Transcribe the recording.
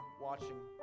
watching